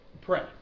pray